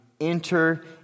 enter